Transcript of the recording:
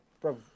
Bro